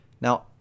Now